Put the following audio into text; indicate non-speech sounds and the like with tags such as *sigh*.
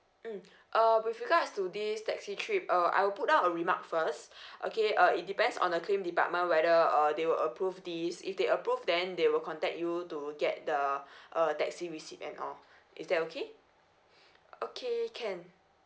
mm *breath* uh with regards to this taxi trip uh I will put down a remark first *breath* okay uh it depends on the claim department whether uh they will approve this if they approve then they will contact you to get the *breath* uh taxi receipt and all is that okay *breath* okay can